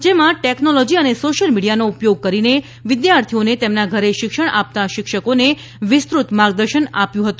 જેમાં ટેકનોલોજી અને સોશિયલ મિડિયાનો ઉપયોગ કરીને વિદ્યાર્થીઓને તેમના ઘરે શિક્ષણ આપતા શિક્ષકોને વિસ્તૃત માર્ગદર્શન અપાયું છે